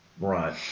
right